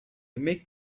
make